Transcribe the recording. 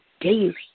daily